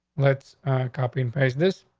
let's copy and paste this